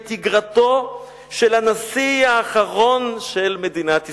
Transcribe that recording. את איגרתו של הנשיא האחרון של מדינת ישראל.